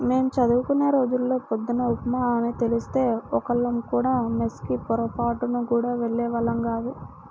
మేం చదువుకునే రోజుల్లో పొద్దున్న ఉప్మా అని తెలిస్తే ఒక్కళ్ళం కూడా మెస్ కి పొరబాటున గూడా వెళ్ళేవాళ్ళం గాదు